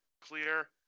clear